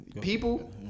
People